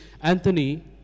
Anthony